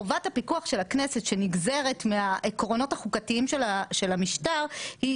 חובת הפיקוח של הכנסת שנגזרת מהעקרונות החוקתיים של המשטר היא